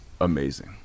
amazing